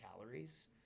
calories